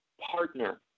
partner